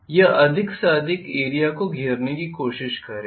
यह अधिक से अधिक एरिया को घेरने की कोशिश करेगा